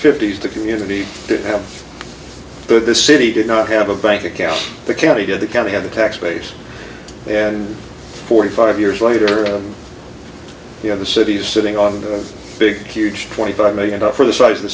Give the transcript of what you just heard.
fifty's the community didn't have the the city did not have a bank account the county to the county had a tax base and forty five years later you know the city is sitting on a big huge twenty five million dollars for the size of the